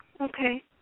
Okay